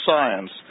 science